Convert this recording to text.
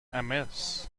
amiss